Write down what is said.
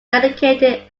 dedicated